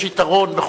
יש יתרון,